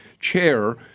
chair